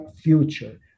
future